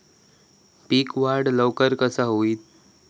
पीक वाढ लवकर कसा होईत?